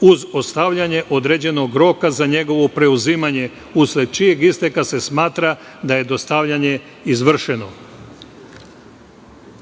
uz ostavljanje određenog roka za njegovo preuzimanje, usled čijeg isteka se smatra da je dostavljanje izvršeno.